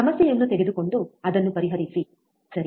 ಸಮಸ್ಯೆಯನ್ನು ತೆಗೆದುಕೊಂಡು ಅದನ್ನು ಪರಿಹರಿಸಿ ಸರಿ